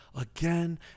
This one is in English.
again